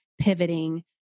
pivoting